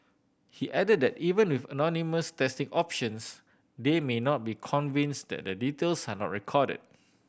he added that even with anonymous testing options they may not be convinced that their details are not recorded